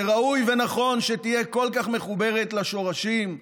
שראוי ונכון שתהיה כל כך מחוברת לשורשים,